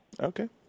Okay